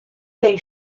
they